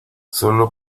solo